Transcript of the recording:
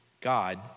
God